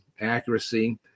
accuracy